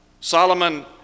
Solomon